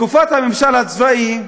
בתקופת הממשל הצבאי,